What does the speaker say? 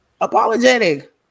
Apologetic